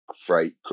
freight